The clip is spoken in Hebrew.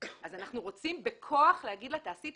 אז אנחנו רוצים בכוח להגיד לה "תעשי את